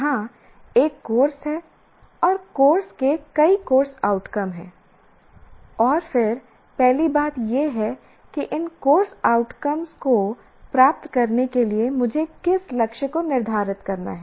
यहाँ एक कोर्स है और कोर्स के कई कोर्स आउटकम हैं और फिर पहली बात यह है कि इन कोर्स आउटकम को प्राप्त करने के लिए मुझे किस लक्ष्य को निर्धारित करना है